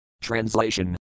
Translation